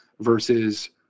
versus